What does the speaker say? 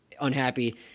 unhappy